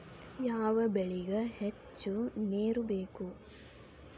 ಯಾವ ಬೆಳಿಗೆ ಹೆಚ್ಚು ನೇರು ಬೇಕು?